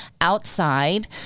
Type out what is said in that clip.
outside